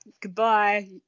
Goodbye